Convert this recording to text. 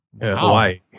Hawaii